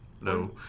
No